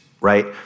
right